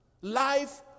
life